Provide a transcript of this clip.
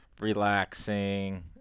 Relaxing